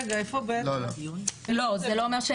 אני אומרת: